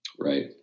Right